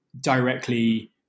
directly